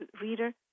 reader